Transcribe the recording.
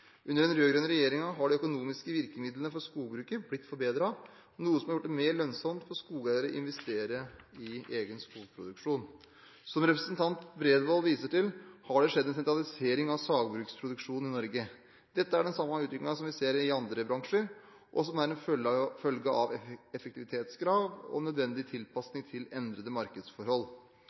Under den rød-grønne regjeringen har de økonomiske virkemidlene for skogbruket blitt forbedret, noe som har gjort det mer lønnsomt for skogeiere å investere i egen skogproduksjon. Som representanten Bredvold viser til, har det skjedd en sentralisering av sagbruksproduksjonen i Norge. Dette er den samme utviklingen som vi ser i andre bransjer, og som er en følge av effektivitetskrav og nødvendig tilpasning til endrede markedsforhold.